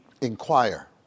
Inquire